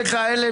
אז תדע לך, אלה